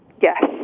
Yes